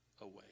away